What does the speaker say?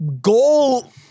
goal